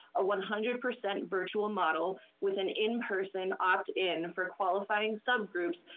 a one hundred percent virtual model with an in-person opt-in for qualifying some groups,